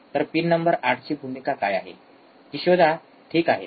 तर pin number ८ ची भूमिका काय आहे ती शोधा ठीक आहे